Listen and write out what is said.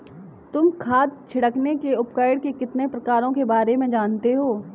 तुम खाद छिड़कने के उपकरण के कितने प्रकारों के बारे में जानते हो?